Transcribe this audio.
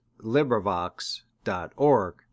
LibriVox.org